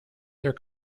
their